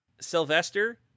Sylvester